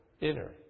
inner